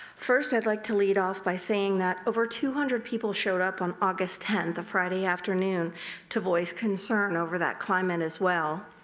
first i would like to lead off by saying that over two hundred people showed up on august tenth. a friday afternoon to voice concern over that climate as well.